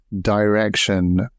direction